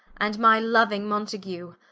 and my louing mountague,